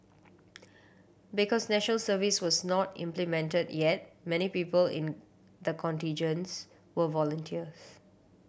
because National Service was not implemented yet many people in the contingents were volunteers